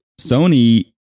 Sony